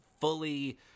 fully